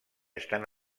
estan